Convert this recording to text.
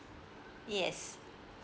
yes